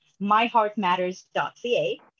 myheartmatters.ca